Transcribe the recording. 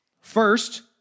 First